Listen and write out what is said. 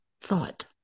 thought